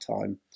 time